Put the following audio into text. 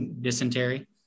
dysentery